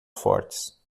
fortes